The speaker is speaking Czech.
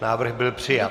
Návrh byl přijat.